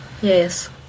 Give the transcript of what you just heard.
yes